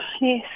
Yes